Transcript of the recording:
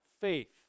faith